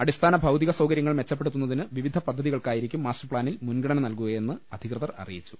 അടി സ്ഥാന ഭൌതിക സൌകര്യങ്ങൾ മെച്ചപ്പെടുത്തുന്നതിന് വിവിധ പദ്ധ തികൾക്കായിരിക്കും മാസ്റ്റർപ്സാനിൽ മുൻഗണന നൽകുകയെന്ന് അധികൃതർ അറിയിച്ചു